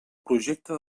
projecte